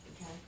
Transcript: Okay